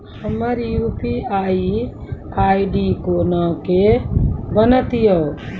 हमर UPI ID कोना के बनत यो?